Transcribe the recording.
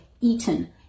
eaten